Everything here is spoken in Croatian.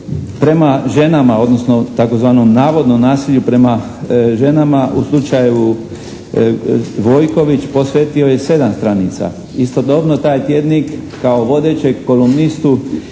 prema ženama odnosno tzv. navodnom nasilju prema ženama u slučaju Vojković posvetio je 7 stranica. Istodobno taj tjednik kao vodećeg kolumnistu